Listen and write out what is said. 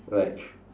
like